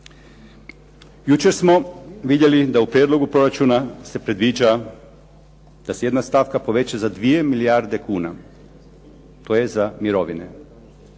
Jučer smo vidjeli da u prijedlogu proračuna se predviđa da se jedna stavka poveća za 2 milijarde kuna to je za mirovine.